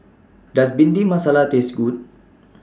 Does Bhindi Masala Taste Good